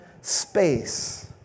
space